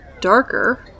darker